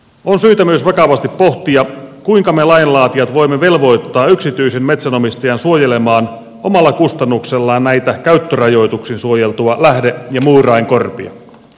on syytä myös vakavasti pohtia kuinka me lainlaatijat voimme velvoittaa yksityisen metsänomistajan suojelemaan omalla kustannuksellaan näitä käyttörajoituksin suojeltuja lähde ja muurainkorpia